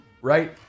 Right